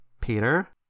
Peter